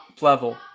level